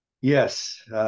Yes